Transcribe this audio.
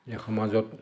এই সমাজত